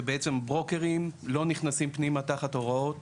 ברוקרים לא נכנסים פנימה תחת הוראות